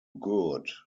good